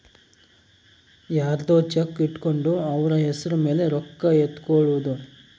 ಯರ್ದೊ ಚೆಕ್ ಇಟ್ಕೊಂಡು ಅವ್ರ ಹೆಸ್ರ್ ಮೇಲೆ ರೊಕ್ಕ ಎತ್ಕೊಳೋದು